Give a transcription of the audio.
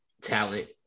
talent